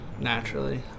naturally